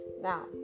Now